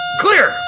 Clear